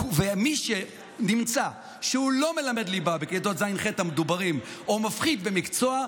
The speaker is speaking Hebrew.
ומי שנמצא שהוא לא מלמד ליבה בכיתות ז'-ח' המדוברות או מפחית במקצוע,